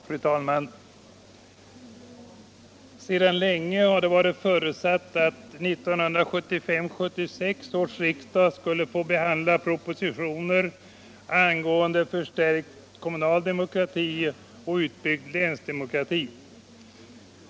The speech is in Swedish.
Fru talman! Sedan länge har det varit förutsatt att 1975/76 års riksdag skulle få behandla propositioner angående förstärkt kommunal demokrati och utbyggd länsdemokrati.